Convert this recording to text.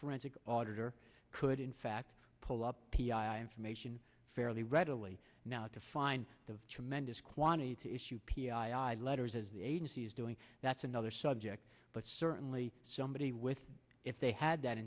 forensic auditor could in fact pull up p i information fairly readily now to find the tremendous quantity issue p i i letters as the agency is doing that's another subject but certainly somebody with if they had that